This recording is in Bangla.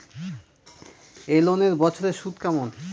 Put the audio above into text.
এই লোনের বছরে সুদ কেমন?